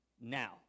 now